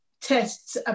Tests